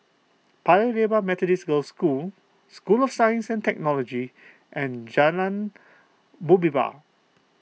Paya Lebar Methodist Girls' School School of Science and Technology and Jalan Muhibbah